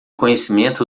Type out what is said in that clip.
conhecimento